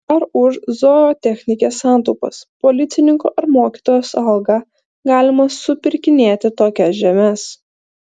ar už zootechnikės santaupas policininko arba mokytojos algą galima supirkinėti tokias žemes